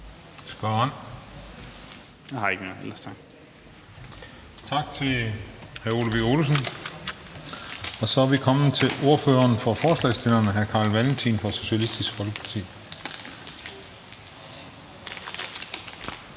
(SF): Jeg har ikke mere, ellers tak). Tak til hr. Ole Birk Olesen. Så er vi kommet til ordføreren for forslagsstillerne, hr. Carl Valentin fra Socialistisk Folkeparti.